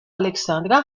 alexandra